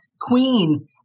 queen